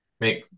make